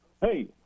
Hey